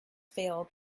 failed